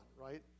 right